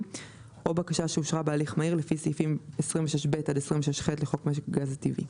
או בקשה שאושרה בהליך מהיר לפי סעיפים 26ב עד 26ח לחוק משק הגז הטבעי.